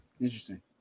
interesting